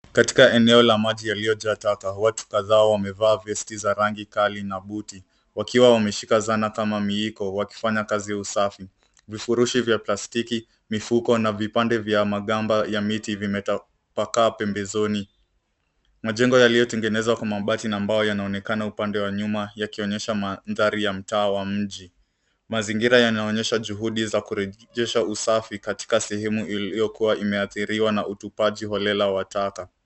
Katika eneo la maji yaliyojaa taka, watu kadhaa wamevaa vesti za rangi kali na buti, wakiwa wameshika zana kama miiko wakifanya kazi ya usafi. Vifurushi vya plastiki, mifuko na vibande vya magamba ya miti vimetapaka pembezoni. Majengo yaliyotengenezwa kwa mabati na mbao yanaonekana upande wa nyuma yakionyesha mandhari ya mtaa wa mji. Mazingira yanaonyesha juhudi za kurejesha usafi katika sehemu iliyokuwa imehadhiriwa na utupaji holela wa taka.